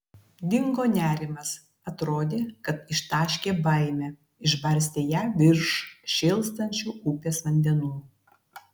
dingo nerimas atrodė kad ištaškė baimę išbarstė ją virš šėlstančių upės vandenų